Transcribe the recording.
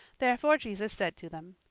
therefore jesus said to them,